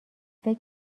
فکر